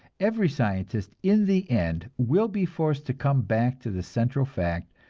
every scientist in the end will be forced to come back to the central fact,